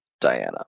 Diana